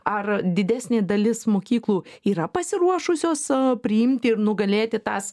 ar didesnė dalis mokyklų yra pasiruošusios priimti ir nugalėti tas